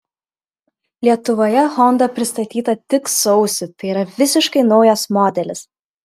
lietuvoje honda pristatyta tik sausį tai yra visiškai naujas modelis